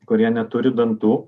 kurie neturi dantų